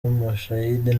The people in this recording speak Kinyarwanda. mushayidi